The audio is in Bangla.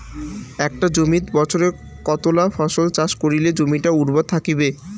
একটা জমিত বছরে কতলা ফসল চাষ করিলে জমিটা উর্বর থাকিবে?